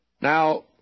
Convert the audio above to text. Now